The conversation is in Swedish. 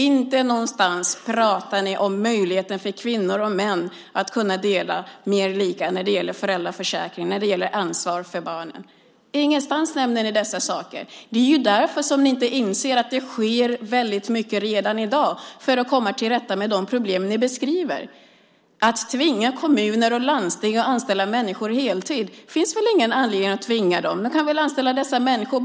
Inte någonstans pratar ni om möjligheten för kvinnor och män att dela mer lika när det gäller föräldraförsäkringen och ansvaret för barnen. Ingenstans nämner ni dessa saker. Det är därför som ni inte inser att det redan i dag sker mycket för att komma till rätta med de problem som ni beskriver. Det finns ingen anledning att tvinga kommuner och landsting att anställa människor på heltid.